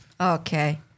Okay